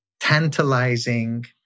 tantalizing